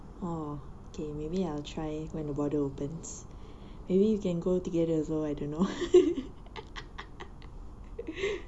oh okay maybe I will try when the border opens maybe we can go together also I don't know